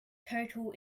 total